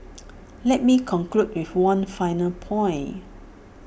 let me conclude with one final point